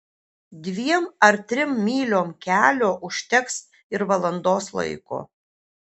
dviem ar trim myliom kelio užteks ir valandos laiko